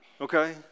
Okay